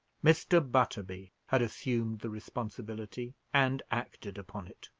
mr. butterby had assumed the responsibility, and acted upon it.